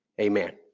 Amen